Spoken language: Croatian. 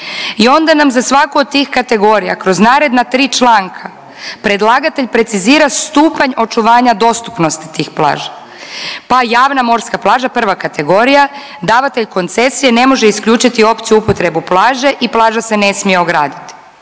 I onda nam za svaku od tih kategorija kroz naredna tri članka predlagatelj precizira stupanj očuvanja dostupnosti tih plaža, pa javna morska plaža prva kategorija, davatelj koncesije ne može isključiti opciju upotrebu plaže i plaža se ne smije ograditi.